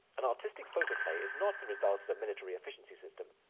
an artistic photoplay is not the result of a military efficiency system.